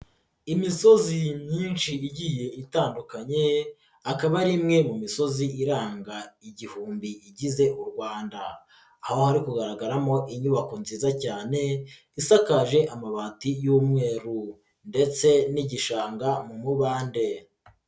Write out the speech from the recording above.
Imisozi myinshi igiye itandukanye akaba ari imwe mu misozi iranga igihumbi igize u Rwanda, aho hari kugaragaramo inyubako nziza cyane isakaje amabati y'umweru ndetse n'igishanga mu mubande.